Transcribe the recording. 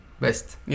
best